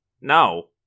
No